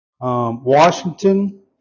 Washington